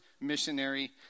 missionary